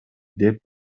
деп